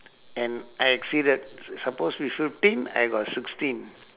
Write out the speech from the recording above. and I exceeded sus~ supposed to be fifteen I got sixteen